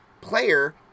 player